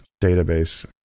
database